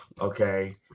okay